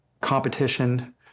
competition